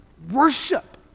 Worship